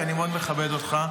כי אני מאוד מכבד אותך.